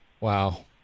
Wow